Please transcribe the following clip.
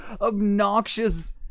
obnoxious